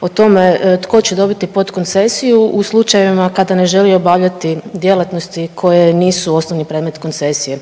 o tome tko će dobiti podkoncesiju u slučajevima kada ne želi obavljati djelatnosti koje nisu osnovni predmet koncesije?